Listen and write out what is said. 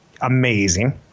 amazing